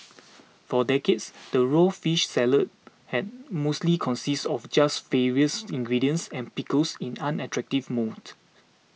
for decades the raw fish salad had mostly consisted of just ingredients and pickles in unattractive mounds